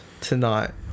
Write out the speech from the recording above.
tonight